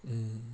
mm